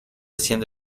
siendo